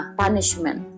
punishment